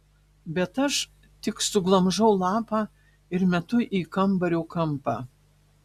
bet aš tik suglamžau lapą ir metu į kambario kampą